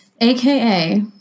AKA